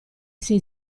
sei